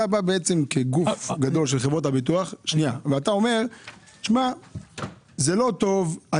אתה בא כגוף גדול של חברות הביטוח ואתה אומר שזה לא טוב.